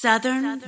Southern